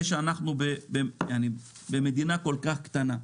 זה שאנחנו במדינה כל כך קטנה,